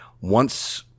once-